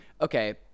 okay